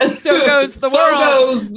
and so goes the world.